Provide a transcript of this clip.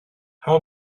how